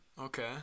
Okay